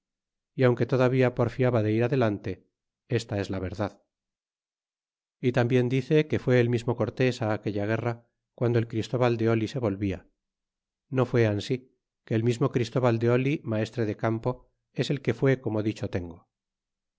y aunque todavía porfiaba de ir adelanle esta es a verdad y lambien dice que fué el mismo cortes aquella guerra quando el christóbal de oli se volvia no fue ansi que el mismo christóbal de oli maestre de campo es el que fué como dicho tengo